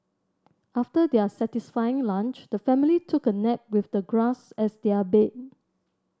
after their satisfying lunch the family took a nap with the grass as their bed